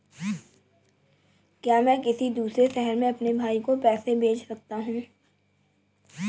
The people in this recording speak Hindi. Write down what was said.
क्या मैं किसी दूसरे शहर में अपने भाई को पैसे भेज सकता हूँ?